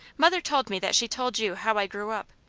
mother told me that she told you how i grew up.